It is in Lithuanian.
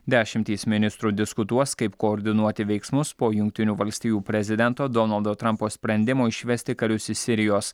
dešimtys mininstrų diskutuos kaip koordinuoti veiksmus po jungtinių valstijų prezidento donaldo trampo sprendimo išvesti karius iš sirijos